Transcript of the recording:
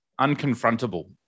unconfrontable